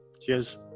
cheers